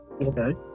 okay